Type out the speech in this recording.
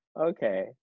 Okay